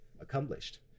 accomplished